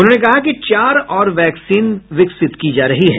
उन्होंने कहा कि चार और वैक्सीन विकसित की जा रही है